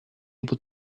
able